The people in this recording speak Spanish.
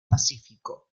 pacífico